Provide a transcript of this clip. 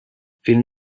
vielen